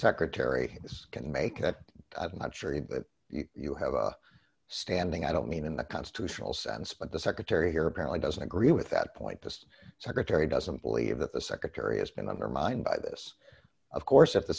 secretary can make that i'm not sure you have a standing i don't mean in the constitutional sense but the secretary here apparently doesn't agree with that point the secretary doesn't believe that the secretary has been undermined by this of course if the